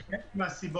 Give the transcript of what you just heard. אשר עוז